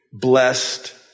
blessed